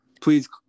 please